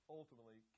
ultimately